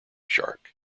shark